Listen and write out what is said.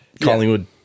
Collingwood